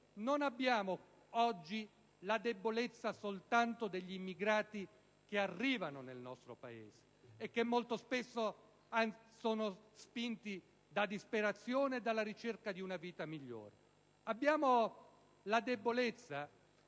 soltanto la debolezza degli immigrati che arrivano nel nostro Paese e che molto spesso sono spinti dalla disperazione e dalla ricerca di una vita migliore. C'è anche la debolezza